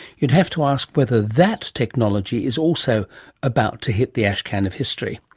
you'd have to ask whether that technology is also about to hit the ashcan of history.